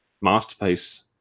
Masterpiece